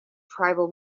tribal